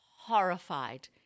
horrified